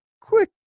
quick